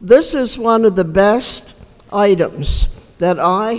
this is one of the best items that i